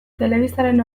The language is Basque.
telebistaren